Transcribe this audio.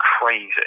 crazy